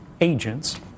agents